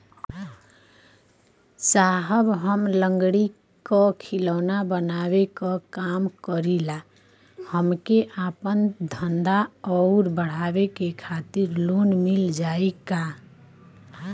साहब हम लंगड़ी क खिलौना बनावे क काम करी ला हमके आपन धंधा अउर बढ़ावे के खातिर लोन मिल जाई का?